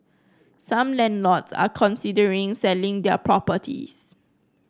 some landlords are considering selling their properties